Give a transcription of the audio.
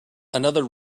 another